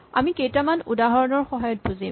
আমি কেইটামান উদাহৰণৰ সহায়ত বুজিম